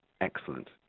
excellent